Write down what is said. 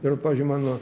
ir pavyzdžiui mano